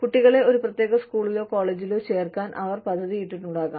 കുട്ടികളെ ഒരു പ്രത്യേക സ്കൂളിലോ കോളേജിലോ ചേർക്കാൻ അവർ പദ്ധതിയിട്ടിട്ടുണ്ടാകും